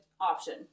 option